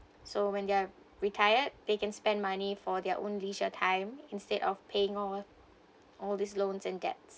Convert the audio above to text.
so when they're retired they can spend money for their own leisure time instead of paying off all these loans and debts